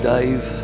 Dave